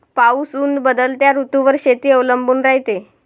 पाऊस अन बदलत्या ऋतूवर शेती अवलंबून रायते